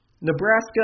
Nebraska